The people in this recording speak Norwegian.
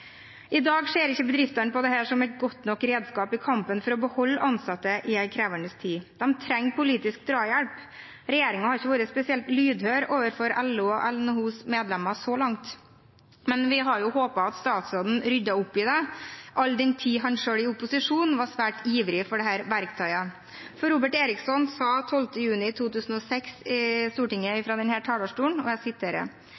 I dag ser ikke bedriftene på dette som et godt nok redskap i kampen for å beholde ansatte i en krevende tid. De trenger politisk drahjelp. Regjeringen har ikke vært spesielt lydhør overfor LOs og NHOs medlemmer så langt, men vi har jo håpet at statsråden ryddet opp i det, all den tid han selv i opposisjon var svært ivrig når det gjaldt dette verktøyet. Robert Eriksson sa 12. juni 2006